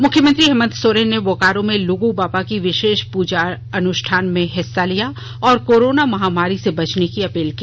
मुख्यमंत्री हेमंत सोरेन ने बोकारो में लुगु बाबा की विशेष प्रजा अनुष्ठान में हिस्सा लिया और कोरोना महामारी से बचने की अपील की